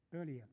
earlier